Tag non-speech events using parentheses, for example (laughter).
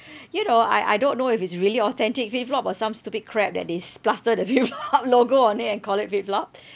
you know I I don't know if it's really authentic FitFlop or some stupid crap that they s~ plaster the FitFlop (laughs) logo on it and call it FitFlop